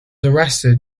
arrested